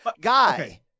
guy